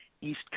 East